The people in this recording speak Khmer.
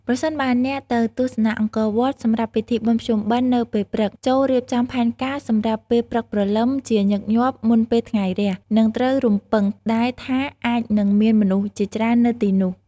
ប្រសិនបើអ្នកទៅទស្សនាអង្គរវត្តសម្រាប់ពិធីបុណ្យភ្ជុំបិណ្ឌនៅពេលព្រឹក ចូររៀបចំផែនការសម្រាប់ពេលព្រឹកព្រលឹម (ជាញឹកញាប់មុនពេលថ្ងៃរះ) និងត្រូវរំពឹងដែរថាអាចនឹងមានមនុស្សជាច្រើននៅទីនោះ។